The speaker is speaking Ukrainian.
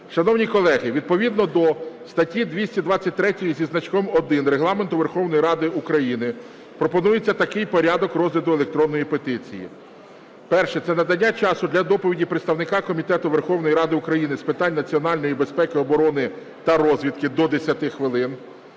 Шановні колеги, відповідно до статті 223 зі значком 1 Регламенту Верховної Ради України пропонується такий порядок розгляду електронної петиції. Перше. Це надання часу для доповіді представника Комітету Верховної Ради України з питань національної безпеки, оборони та розвідки – до 10 хвилин.